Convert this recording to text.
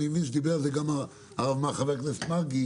אני מבין שדיבר על זה גם חבר הכנסת מרגי,